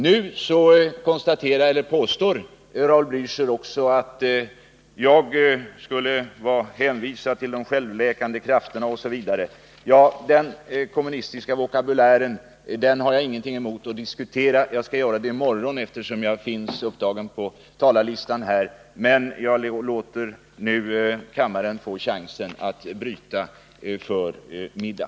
Nu påstår Raul Blächer också att jag bara hänvisar till de självläkande krafterna osv. Ja, jag har ingenting emot att diskutera den kommunistiska vokabulären, och jag skall göra det i morgon, eftersom mitt namn finns upptaget på talarlistan då, men jag låter nu kammaren få chansen att bryta debatten för middag.